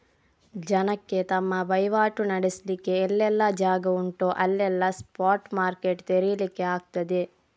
ಜನಕ್ಕೆ ತಮ್ಮ ವೈವಾಟು ನಡೆಸ್ಲಿಕ್ಕೆ ಎಲ್ಲೆಲ್ಲ ಜಾಗ ಉಂಟೋ ಅಲ್ಲೆಲ್ಲ ಸ್ಪಾಟ್ ಮಾರ್ಕೆಟ್ ತೆರೀಲಿಕ್ಕೆ ಆಗ್ತದೆ